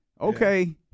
Okay